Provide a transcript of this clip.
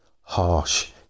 harsh